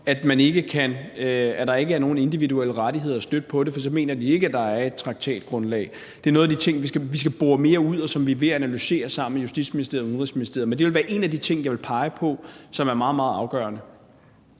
at der ikke er nogen individuelle rettigheder at støtte på det, for så mener de ikke, at der er et traktatgrundlag. Det er nogle af de ting, vi skal bore mere ud, og som vi er ved at analysere sammen med Justitsministeriet og Udenrigsministeriet. Men det vil være en af de ting, jeg vil pege på, som er meget, meget afgørende.